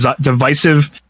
divisive